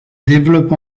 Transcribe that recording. développe